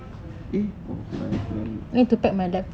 eh oo